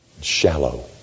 shallow